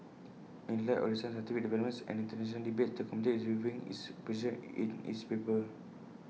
in light of recent scientific developments and International debates the committee is reviewing its position IT in its paper